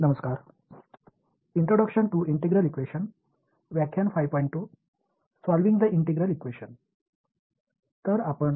எனவே இதுவரை நாம் என்ன செய்தோம் என்றால் ஒருங்கிணைந்த சமன்பாட்டை உருவாக்கியுள்ளோம்